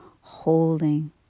holding